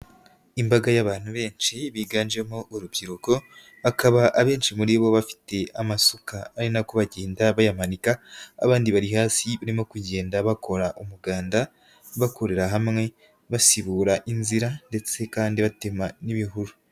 imbaga y'abantu benshi biganjemo urubyiruko bakaba abenshi muri bo bafite amasuka ari nako bagenda bayamanika abandi bari hasi barimo kugenda bakora umuganda bakorera hamwe basibura inzira ndetse kandi batema n'ibihuru.